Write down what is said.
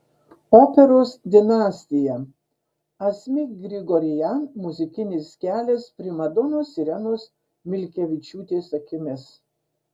operos dinastija asmik grigorian muzikinis kelias primadonos irenos milkevičiūtės akimis